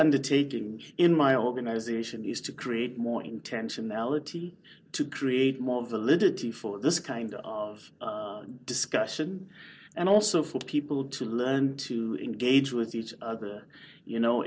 undertaking in my organization is to create morning tension ality to create more validity for this kind of discussion and also for people to learn and to engage with each other you know